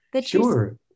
Sure